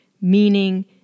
meaning